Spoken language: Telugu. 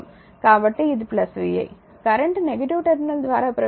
కాబట్టి ఇది vi కరెంట్ నెగిటివ్ టెర్మినల్ ద్వారా ప్రవేశిస్తే అది vi